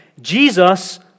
Jesus